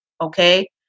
Okay